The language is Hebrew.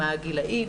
מה הגילאים,